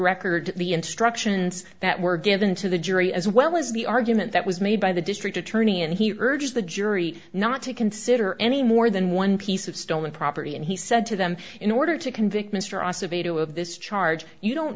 record the instructions that were given to the jury as well as the argument that was made by the district attorney and he urged the jury not to consider any more than one piece of stolen property and he said to them in order to convict mr asa beda of this charge you don't